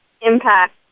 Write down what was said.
impact